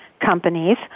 companies